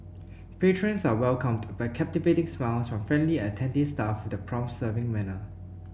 patrons are welcomed by captivating smiles from friendly and attentive staff with the prompt serving manner